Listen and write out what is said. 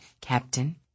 Captain